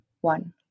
one